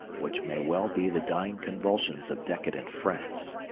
which may well be the dying convulsions of decadent france.